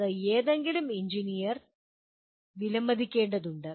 അത് ഏതെങ്കിലും എഞ്ചിനീയർ വിലമതിക്കേണ്ടതുണ്ട്